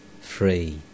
free